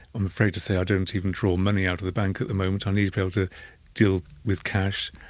i'm afraid to say i don't even draw money out of the bank at the moment, i ah need to be able to deal with cash.